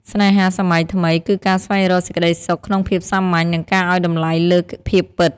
ស្នេហាសម័យថ្មីគឺការស្វែងរកសេចក្តីសុខក្នុងភាពសាមញ្ញ និងការឱ្យតម្លៃលើភាពពិត។